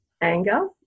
anger